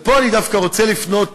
פה אני דווקא רוצה לפנות